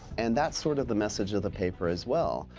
and that's sort of the message of the paper as well,